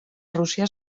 rússia